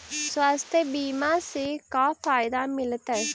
स्वास्थ्य बीमा से का फायदा मिलतै?